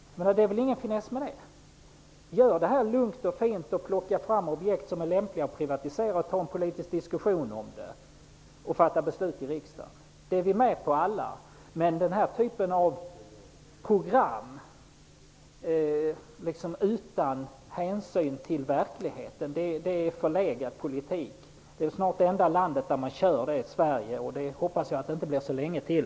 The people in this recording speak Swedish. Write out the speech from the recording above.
Det är ingen finess med det. Gör det lugnt och fint, plocka fram objekt som är lämpliga att privatisera, ta en politisk diskussion om det och fatta beslut i riksdagen. Det är vi med på alla. Men den här typen av program där man inte har tagit hänsyn till verkligheten är förlegad politik. Sverige är snart det enda land där man kör med sådant, och jag hoppas att det inte blir så länge till.